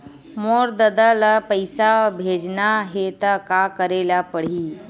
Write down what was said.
मोर ददा ल पईसा भेजना हे त का करे ल पड़हि?